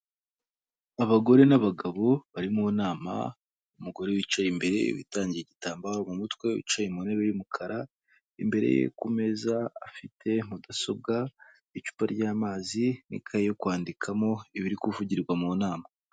Abagore n'abagabo bari mu nama, umugore wicaye imbere witangiye igitambaro mu mutwe, wicaye ku mu ntebe y'umukara, imbere ye ku meza afite mudasobwa, icupa ryamazi n'ikayi yo kwandikamo ibiri kuvugirwa mu nama.